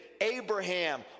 Abraham